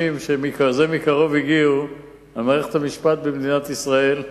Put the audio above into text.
שזה מקרוב הגיעו למערכת המשפט במדינת ישראל,